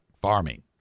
farming